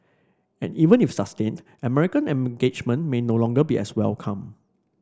and even if sustained American engagement may no longer be as welcome